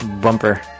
bumper